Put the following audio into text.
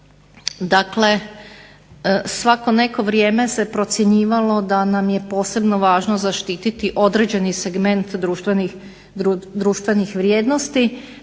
dakle svako neko vrijeme se procjenjivalo da nam je posebno važno zaštititi određeni segment društvenih vrijednosti.